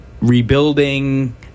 rebuilding